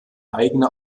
eigene